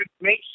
make